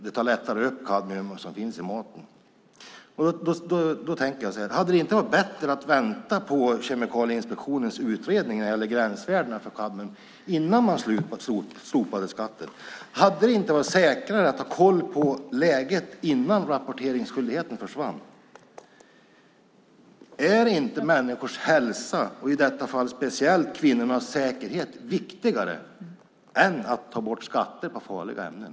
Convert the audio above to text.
De tar lättare upp det kadmium som finns i maten. Hade det inte varit bättre att vänta på Kemikalieinspektionens utredning när det gäller gränsvärdena för kadmium innan man slopade skatten? Hade det inte varit säkrare att ha koll på läget innan rapporteringsskyldigheten försvann? Är inte människors hälsa, i detta fall speciellt kvinnornas säkerhet, viktigare än att ta bort skatter på farliga ämnen?